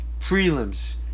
prelims